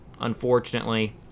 unfortunately